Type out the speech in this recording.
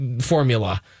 formula